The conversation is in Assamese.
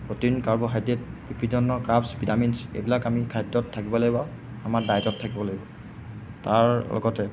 প্ৰটিন কাৰ্বহাইড্ৰেট ইপিটনৰ ক্ৰাফ্ছ ভিটামিনছ এইবিলাক আমি খাদ্যত থাকিব লাগিব আমাৰ ডাইটত থাকিব লাগিব তাৰ লগতে